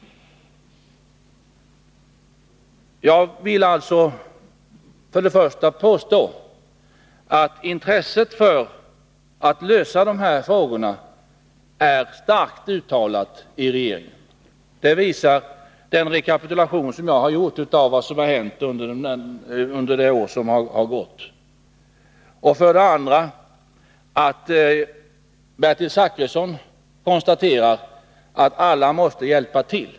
Jag vill alltså framhålla för det första att intresset för att lösa de här problemen är starkt uttalat i regeringen — det visar den rekapitulation som jag har gjort av vad som hänt under det år som gått — och för det andra att också Bertil Zachrisson konstaterar att alla måste hjälpa till.